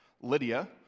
Lydia